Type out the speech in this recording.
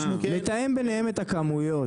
לתאם ביניהם את הכמויות,